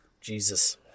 Jesus